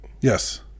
Yes